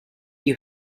you